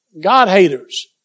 God-haters